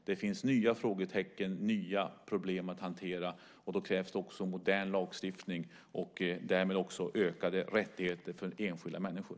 Det finns nya frågetecken, nya problem att hantera. Då krävs det också modern lagstiftning och därmed också ökade rättigheter för enskilda människor.